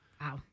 Wow